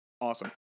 awesome